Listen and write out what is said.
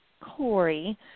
Corey